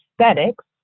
aesthetics